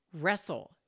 Wrestle